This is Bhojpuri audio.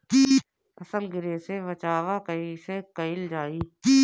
फसल गिरे से बचावा कैईसे कईल जाई?